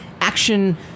action